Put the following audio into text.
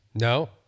No